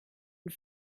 and